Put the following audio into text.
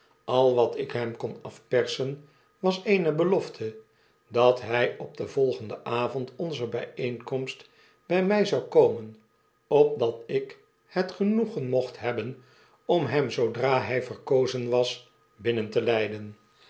al wat ik hem kon afpersen was eene belofte dat hy op den volgenden avond onzer bijeenkomst by my zou komen opdat ik het genoegen mocht hebben om hem zoodra hy verkozen was binnen te leiden